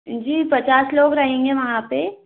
जी पचास लोग रहेंगे वहाँ पर